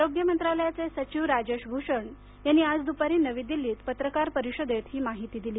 आरोग्य मंत्रालयाचे सचिव राजेश भूषण यांनी आज दुपारी नवी दिल्लीत पत्रकार परिषदेत ही माहिती दिली